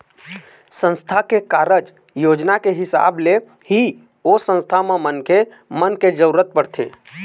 संस्था के कारज योजना के हिसाब ले ही ओ संस्था म मनखे मन के जरुरत पड़थे